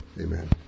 Amen